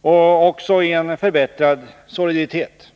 och också i en förbättrad soliditet.